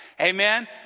amen